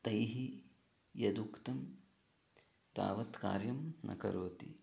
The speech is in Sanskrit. तैः यदुक्तं तावत् कार्यं न करोति